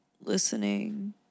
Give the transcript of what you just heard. listening